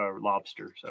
lobster